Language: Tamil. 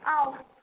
ஆ ஓகே